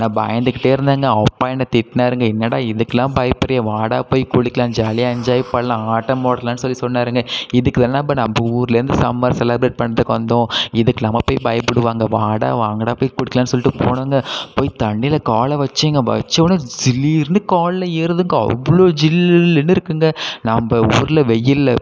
நான் பயந்துக்கிட்டே இருந்தேங்க அப்பா என்ன திட்னாருங்க என்னடா இதுக்குலாம் பயப்படுறியே வாடா போய் குளிக்கலாம் ஜாலியாக என்ஜாய் பண்ணலாம் ஆட்டம் போடலாம்னு சொல்லி சொன்னாருங்க இதுக்கு தான் நம்ம நம்ம ஊர்லேருந்து சம்மர் செலிப்ரேட் பண்ணுறதுக்கு வந்தோம் இதுக்குலாமா போய் பயப்படுவாங்க வாடா வாங்கடா போய் குளிக்கலாம்னு சொல்லிட்டு போனோங்க போய் தண்ணியில காலை வச்சேங்க வச்ச உடனே ஜிலீர்னு காலில் ஏறுதுங்க அவ்ளோ ஜில்லுன்னு இருக்குங்க நம்ப ஊரில் வெயிலில்